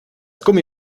gummi